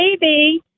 baby